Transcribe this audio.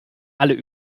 alle